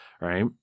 right